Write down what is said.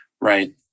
Right